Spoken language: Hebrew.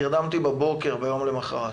נרדמתי רק בבוקר למחרת,